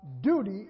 duty